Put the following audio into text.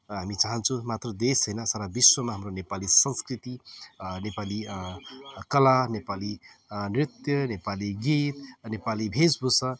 हामी चाहन्छौँ मात्र देश होइन सारा विश्वमा हाम्रो नेपाली संस्कृति नेपाली कला नेपाली नृत्य नेपाली गीत नेपाली वेशभूषा